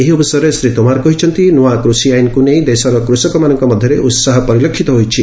ଏହି ଅବସରରେ ଶ୍ରୀ ତୋମାର କହିଛନ୍ତି ନୂଆ କୃଷି ଆଇନକୁ ନେଇ ଦେଶର କୃଷକମାନଙ୍କ ମଧ୍ୟରେ ଉତ୍ସାହ ପରିଲକ୍ଷିତ ହୋଇଛି